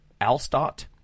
Alstott